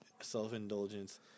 self-indulgence